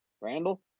Randall